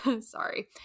Sorry